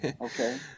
Okay